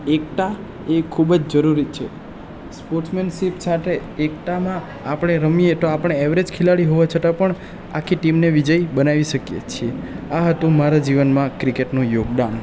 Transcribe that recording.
એકતા એ ખૂબ જ જરૂરી છે સ્પોર્ટ્સમેનશિપ સાથે એકતામાં આપણે રમીએ તો આપણે એવરેજ ખેલાડી હોવા છતાં પણ આખી ટીમને વિજયી બનાવી શકીએ છીએ આ હતું મારા જીવનમાં ક્રિકેટનું યોગદાન